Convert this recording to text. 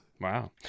Wow